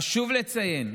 חשוב לציין: